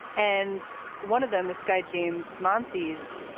and one of them, this guy, james muncey's,